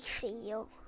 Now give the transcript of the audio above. feel